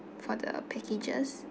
for the packages